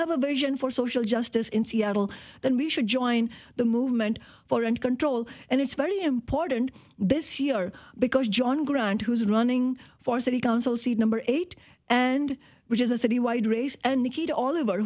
have a vision for social justice in seattle then we should join the movement for and control and it's very important this year because john grant who's running for city council seat number eight and which is a citywide race and the key to all of our